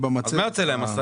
אז מה יוצא להם?